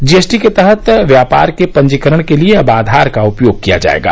GST के तहत व्यापार के पंजीकरण के लिए अब आधार का उपयोग किया जाएगा